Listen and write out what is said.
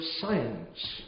science